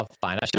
fine